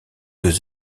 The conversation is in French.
deux